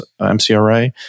MCRA